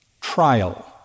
trial